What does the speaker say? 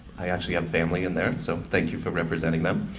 i actually have family in there so thank you for representing them,